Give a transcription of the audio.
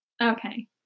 Okay